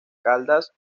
caldas